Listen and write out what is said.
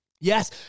Yes